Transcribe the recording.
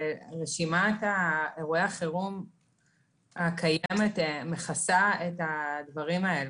ורשימת אירועי החירום הקיימת מכסה את הדברים האלו,